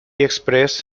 express